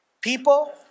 People